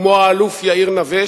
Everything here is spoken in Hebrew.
כמו האלוף יאיר נוה,